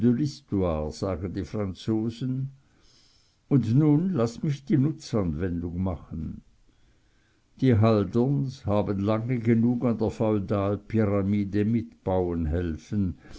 die franzosen und nun laß mich die nutzanwendung machen die halderns haben lange genug an der feudalpyramide mit bauen helfen